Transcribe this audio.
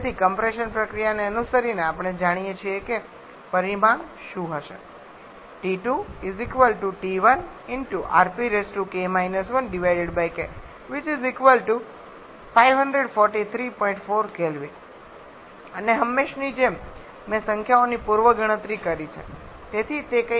તેથી કમ્પ્રેશન પ્રક્રિયાને અનુસરીને આપણે જાણીએ છીએ કે પરિમાણ શું હશે અને હંમેશની જેમ મેં સંખ્યાઓની પૂર્વ ગણતરી કરી છે તેથી તે કંઈક 543